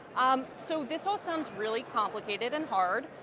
um so this all sounds really complicated and hard.